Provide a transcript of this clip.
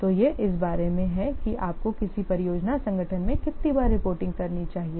तो यह इस बारे में है कि आपको किसी परियोजना संगठन में कितनी बार रिपोर्टिंग करनी चाहिए